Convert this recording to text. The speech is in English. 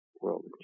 world